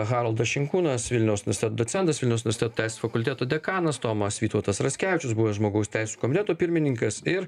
haroldas šinkūnas vilniaus unisitet docentas vilniaus universitet teisės fakulteto dekanas tomas vytautas raskevičius buvęs žmogaus teisių komiteto pirmininkas ir